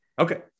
Okay